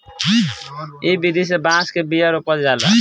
इ विधि से बांस के बिया रोपल जाला